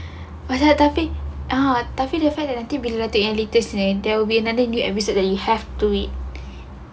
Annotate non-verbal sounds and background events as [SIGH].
[LAUGHS] tapi dia afraid nanti bila yang latest run there will be another new episode that it have to do it